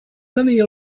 tenir